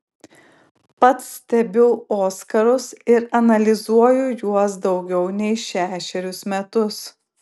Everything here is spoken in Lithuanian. pats stebiu oskarus ir analizuoju juos daugiau nei šešerius metus